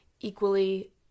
equally